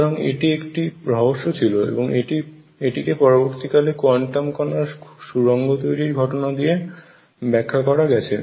সুতরাং এটি একটি রহস্য ছিল এবং এটিকে পরবর্তীকালে কোয়ান্টাম কণার সুরঙ্গ তৈরির ঘটনা দিয়ে ব্যাখ্যা করা গেছে